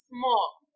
small